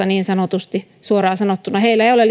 niin sanotusti harmaassa tilassa suoraan sanottuna heillä ei ole